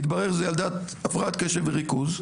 התברר שזו ילדת הפרעת קשב וריכוז,